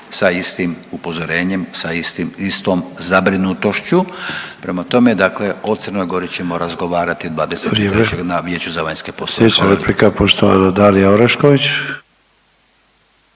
sa istim upozorenjem, za istom zabrinutošću, prema tome, dakle o Crnoj Gori ćemo razgovarati 23. na .../Upadica: Vrijeme./...